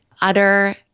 utter